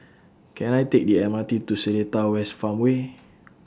Can I Take The M R T to Seletar West Farmway